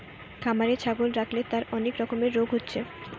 খামারে ছাগল রাখলে তার অনেক রকমের রোগ হচ্ছে